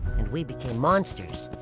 and we became monsters.